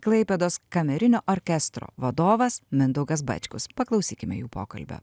klaipėdos kamerinio orkestro vadovas mindaugas bačkus paklausykime jų pokalbio